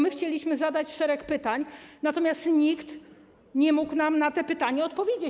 My chcieliśmy zadać szereg pytań, natomiast nikt nie mógł nam na te pytania odpowiedzieć.